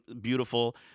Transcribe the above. beautiful